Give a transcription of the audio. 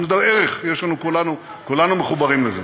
זה גם ערך, כולנו מחוברים לזה.